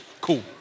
cool